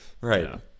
Right